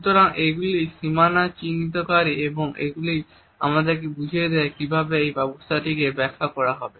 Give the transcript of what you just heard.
সুতরাং এগুলি সীমানা চিহ্নিতকারী এবং এগুলি আমাদের বুঝিয়ে দেয় যে কিভাবে এই ব্যবস্থাকে ব্যাখ্যা করা হবে